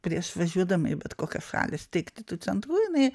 prieš važiuodama į bet kokią šalį steigti tų centrų jinai